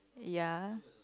ya